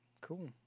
Cool